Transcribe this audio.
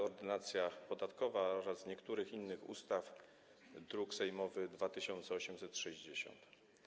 Ordynacja podatkowa oraz niektórych innych ustaw, druk sejmowy nr 2860.